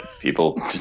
people